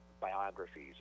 biographies